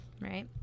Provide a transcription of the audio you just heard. Right